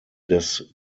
des